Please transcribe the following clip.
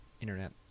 internet